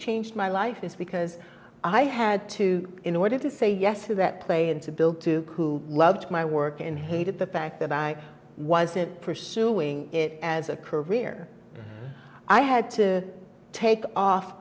changed my life is because i had to in order to say yes to that play and to build to coo loved my work and hated the fact that i wasn't pursuing it as a career i had to take off